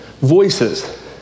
voices